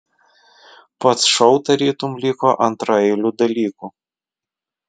pats šou tarytum liko antraeiliu dalyku